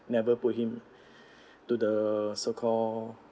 put him to the so call